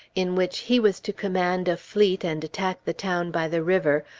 in which he was to command a fleet and attack the town by the river,